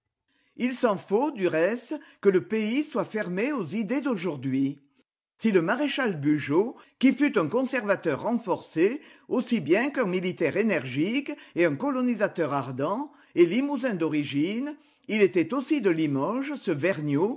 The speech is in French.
il s'en faut du reste que le pays soit fermé aux idées d'aujourd'hui si le maréchal bugeaud qui fut un conservateur renforcé aussi bien qu'un militaire énergique et un colonisateur ardent est limousin d'origine il était aussi de limoges ce